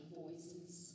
voices